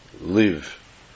live